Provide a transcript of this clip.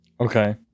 Okay